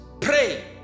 pray